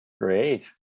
Great